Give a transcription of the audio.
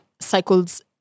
Cycles